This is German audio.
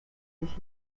sich